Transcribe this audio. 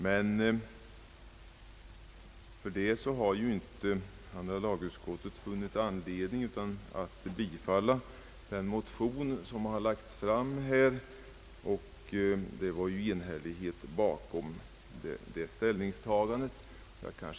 Andra lagutskottet har dock inte funnit anledning att tillstyrka den motion som har lagts fram, och utskottets ställningstagande är enhälligt.